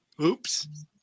oops